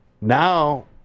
Now